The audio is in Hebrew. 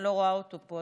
אני לא רואה אותו פה.